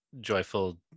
joyful